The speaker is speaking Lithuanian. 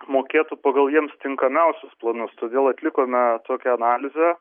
mokėtų pagal jiems tinkamiausius planus todėl atlikome tokią analizę